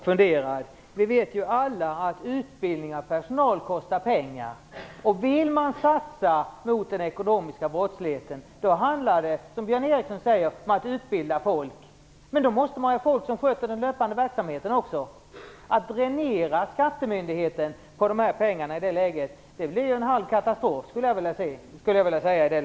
Fru talman! Nu blir jag mycket konfunderad. Vi vet alla att utbildning av personal kostar pengar. Vill man satsa på kampen mot den ekonomiska brottsligheten handlar det, som Björn Ericson säger, om att utbilda folk. Men då måste man ha folk som sköter den löpande verksamheten också. Att dränera Skattemyndigheten på pengar i det läget blir en halv katastrof, skulle jag vilja säga.